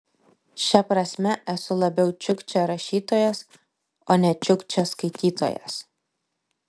šia prasme esu labiau čiukčia rašytojas o ne čiukčia skaitytojas